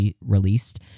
released